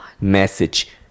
message